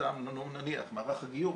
סתם נניח מערך הגיור,